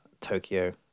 tokyo